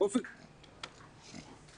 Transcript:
באופן כללי